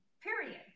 Period